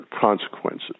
consequences